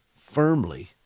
firmly